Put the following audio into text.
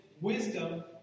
wisdom